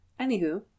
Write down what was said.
anywho